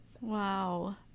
wow